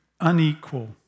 unequal